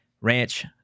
Ranch